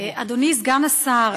אדוני סגן השר,